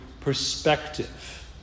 perspective